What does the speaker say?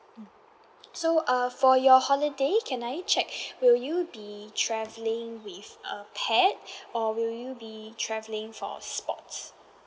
mm so uh for your holiday can I check will you be travelling with a pet or will you be travelling for sports